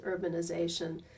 urbanization